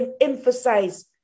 emphasize